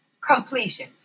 completion